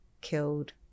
killed